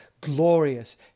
glorious